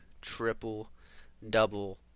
triple-double